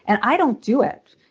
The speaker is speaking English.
and i don't do it.